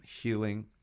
healing